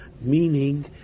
meaning